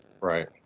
Right